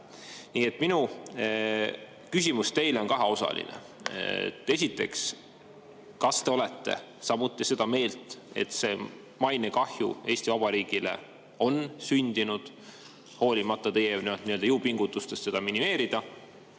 palju. Minu küsimus teile on kaheosaline. Esiteks, kas te olete samuti seda meelt, et mainekahju Eesti Vabariigile on sündinud, hoolimata teie jõupingutustest seda minimeerida?